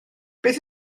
beth